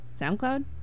SoundCloud